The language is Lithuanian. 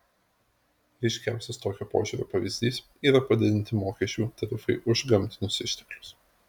ryškiausias tokio požiūrio pavyzdys yra padidinti mokesčių tarifai už gamtinius išteklius